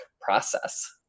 process